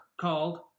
called